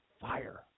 fire